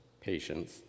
patience